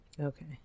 Okay